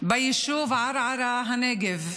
ביישוב ערערה בנגב.